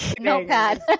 notepad